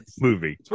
Movie